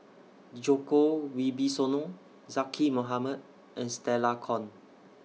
Djoko Wibisono Zaqy Mohamad and Stella Kon